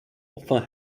often